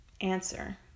answer